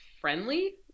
friendly